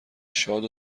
شاد